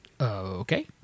Okay